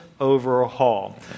overhaul